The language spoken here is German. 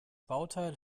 bauteil